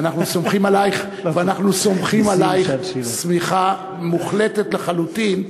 ואנחנו סומכים עלייך סמיכה מוחלטת לחלוטין,